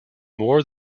more